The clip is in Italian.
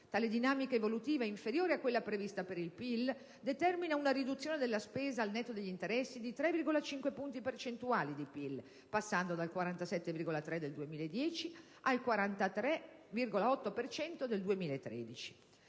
Tale dinamica evolutiva, inferiore a quella prevista per il PIL, determina una riduzione della spesa al netto degli interessi di 3,5 punti percentuali di PIL, passando dal 47,3 del 2010 al 43,8 per cento